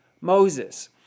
Moses